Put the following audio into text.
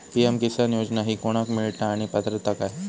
PM Kisan योजना ही कोणाक मिळता आणि पात्रता काय?